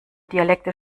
dialekte